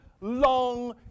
long